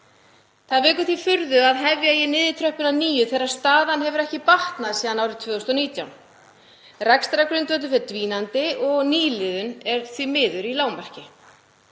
Það vekur því furðu að hefja eigi niðurtröppun að nýju þegar staðan hefur ekki batnað síðan árið 2019. Rekstrargrundvöllur fer versnandi og nýliðun er því miður í lágmarki.